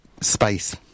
space